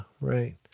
right